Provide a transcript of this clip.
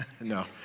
No